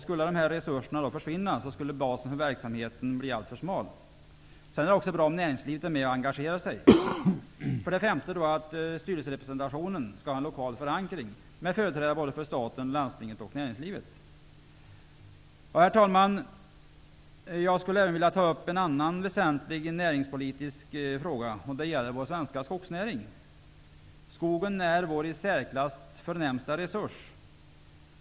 Skulle dessa resurser försvinna, skulle basen för verksamheten bli alltför smal. Det är också bra om även näringslivet engagerar sig. För det femte skall styrelserepresentationen ha en lokal förankring med företrädare för staten, landstinget och näringslivet. Herr talman! Jag skulle även vilja ta upp en annan väsentlig näringspolitisk fråga. Det gäller vår svenska skogsnäring. Skogen är vår i särsklass förnämsta resurs.